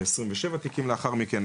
27 תיקים לאחר מכן.